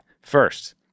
first